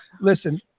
Listen